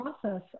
process